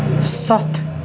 ستھ